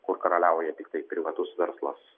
kur karaliauja tiktai privatus verslas